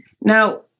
Now